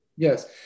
Yes